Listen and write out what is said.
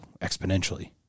exponentially